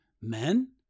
men